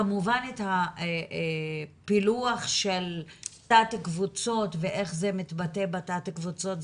כמובן הפילוח של תת- קבוצות ואיך זה מתבטא בתת-קבוצות,